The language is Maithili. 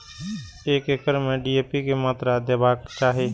एक एकड़ में डी.ए.पी के मात्रा देबाक चाही?